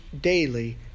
daily